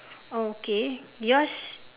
oh okay yours